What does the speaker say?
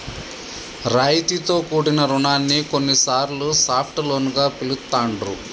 రాయితీతో కూడిన రుణాన్ని కొన్నిసార్లు సాఫ్ట్ లోన్ గా పిలుత్తాండ్రు